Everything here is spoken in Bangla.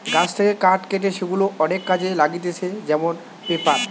গাছ থেকে কাঠ কেটে সেগুলা অনেক কাজে লাগতিছে যেমন পেপার